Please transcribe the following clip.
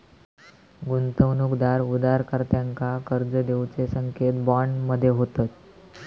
गुंतवणूकदार उधारकर्त्यांका कर्ज देऊचे संकेत बॉन्ड मध्ये होतत